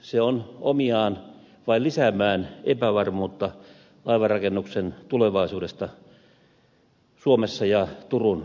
se on omiaan vain lisäämään epävarmuutta laivanrakennuksen tulevaisuudesta suomessa ja turun seudulla